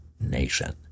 nation